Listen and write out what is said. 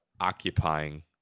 occupying